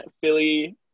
Philly